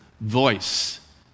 voice